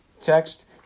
text